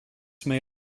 may